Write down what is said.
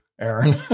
Aaron